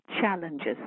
challenges